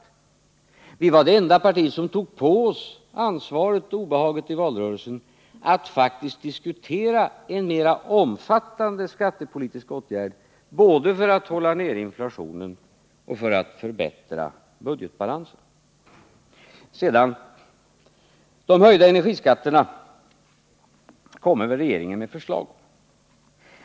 Socialdemokraterna var det enda parti som tog på sig ansvaret och obehaget i valrörelsen att faktiskt diskutera en mer omfattande skattepolitisk åtgärd både för att hålla nere inflationen och för att förbättra budgetbalansen. Höjda energiskatter lär väl regeringen komma med förslag om.